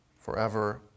forever